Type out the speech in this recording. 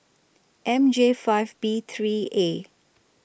M J five B three A